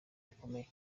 gakomeye